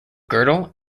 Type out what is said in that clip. girdle